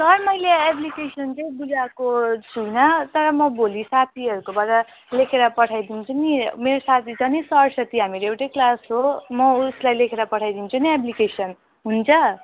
sir मैले application चाहिँ बुझाएको छुइनँ तर म भोलि साथीहरूकोबाट लेखेर पठाइदिन्छु नि मेरो साथी छ नि सरस्वती हामीहरू एउटै क्लास हो म उसलाई लेखेर पठाइदिन्छु नि एप्लिकेसन हुन्छ